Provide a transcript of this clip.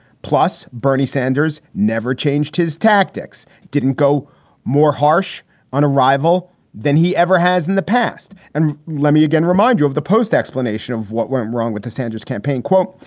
plus, bernie sanders never changed. his tactics didn't go more harsh on a rival than he ever has in the past. and let me again remind you of the post explanation of what went wrong with the sanders campaign. quote,